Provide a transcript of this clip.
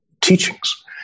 teachings